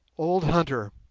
old hunter,